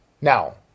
Now